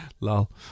Lol